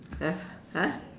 !huh! !huh!